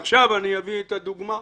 עכשיו אני אביא את הדוגמה.